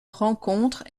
rencontre